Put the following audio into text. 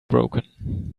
broken